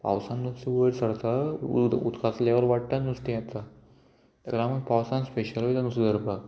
पावसान नुस्तें वयर सरता उद उदकाचो लेवल वाडटा नुस्तें येता ताका लागून पावसान स्पेशल वयता नुस्तें धरपाक